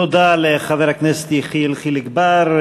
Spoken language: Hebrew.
תודה לחבר הכנסת יחיאל חיליק בר.